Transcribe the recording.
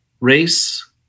race